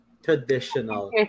Traditional